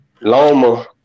Loma